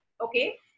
Okay